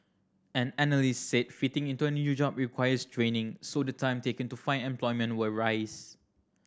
an analyst said fitting into a new job requires training so the time taken to find employment will rise